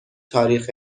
تاریخ